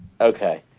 Okay